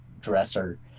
dresser